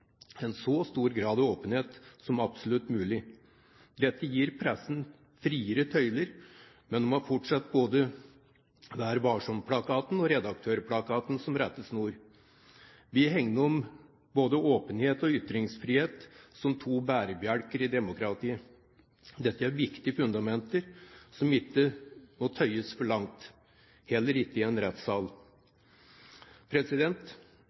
en så stor grad av åpenhet som absolutt mulig. Dette gir pressen friere tøyler, men de har fortsatt både Vær varsom-plakaten og Redaktørplakaten som rettesnor. Vi hegner om både åpenhet og ytringsfrihet som to bærebjelker i demokratiet. Dette er viktige fundamenter som ikke må tøyes for langt, heller ikke i en rettssal.